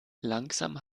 langsam